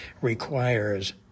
requires